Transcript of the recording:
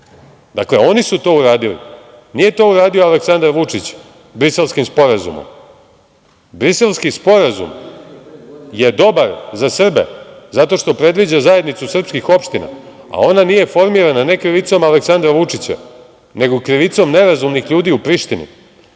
Dakle, oni su to uradili. Nije to uradio Aleksandar Vučić Briselskim sporazumom. Briselski sporazum je dobar za Srbe zato što predviđa zajednicu srpskih opština, a ona nije formirana ne krivicom Aleksandra Vučića, nego krivicom nerazumnih ljudi u Prištini